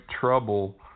trouble